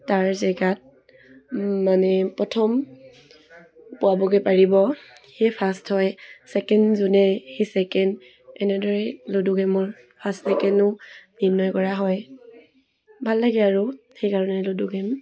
তাৰ জেগাত মানে প্ৰথম পোৱাবগৈ পাৰিব সিয়ে ফাৰ্ষ্ট হয় ছেকেণ্ড যোনে সেই ছেকেণ্ড এনেদৰেই লুডু গেইমৰ ফাৰ্ষ্ট ছেকেণ্ডো নিৰ্ণয় কৰা হয় ভাল লাগে আৰু সেইকাৰণে লুডু গেইম